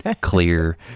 clear